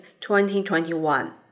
2021